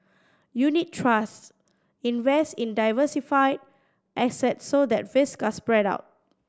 unit trusts invest in diversified assets so that risks are spread out